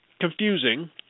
confusing